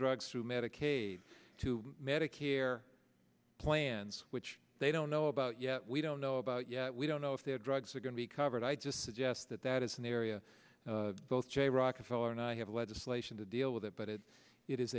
drugs through medicaid to medicare plans which they don't know about yet we don't know about yet we don't know if their drugs are going to be covered i just suggest that that is an area both jay rockefeller and i have legislation to deal with it but it it is